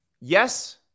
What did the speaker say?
Yes